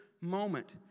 moment